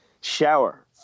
shower